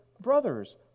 brother's